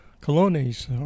colonies